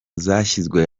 zashyizwe